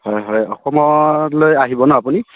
হয় হয় অসমলৈ আহিব ন আপুনি